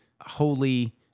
holy